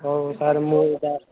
ହଉ ସାର୍ ମୁଁ ଏଇଟା